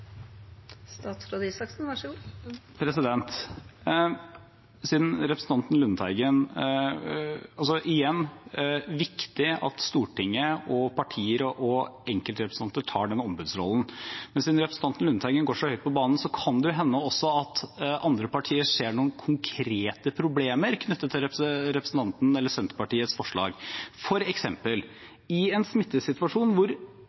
viktig at Stortinget, partier og enkeltrepresentanter tar ombudsrollen. Men siden representanten Lundteigen går så høyt på banen, kan det hende at også andre partier ser noen konkrete problemer knyttet til Senterpartiets forslag. For eksempel: I en smittesituasjon hvor